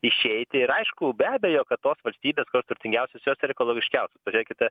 išeiti ir aišku be abejo kad tos valstybės kur turtingiausios jos ir ekologiškiausios pažiūrėkite